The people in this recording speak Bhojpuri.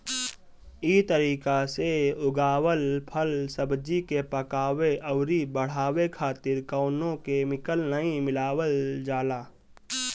इ तरीका से उगावल फल, सब्जी के पकावे अउरी बढ़ावे खातिर कवनो केमिकल नाइ मिलावल जाला